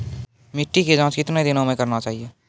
मिट्टी की जाँच कितने दिनों मे करना चाहिए?